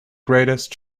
greatest